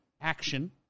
action